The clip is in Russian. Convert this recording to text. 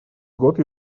год